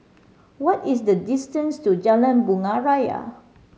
what is the distance to Jalan Bunga Raya